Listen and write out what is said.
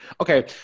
Okay